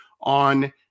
on